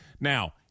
Now